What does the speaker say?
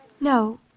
No